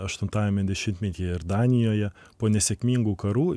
aštuntajame dešimtmetyje ir danijoje po nesėkmingų karų